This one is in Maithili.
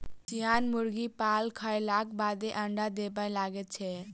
सियान मुर्गी पाल खयलाक बादे अंडा देबय लगैत छै